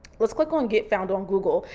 let's click on, get found on google,